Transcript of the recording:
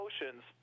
emotions